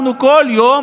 אנחנו כל יום